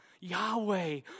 Yahweh